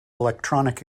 electronic